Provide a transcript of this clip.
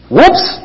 Whoops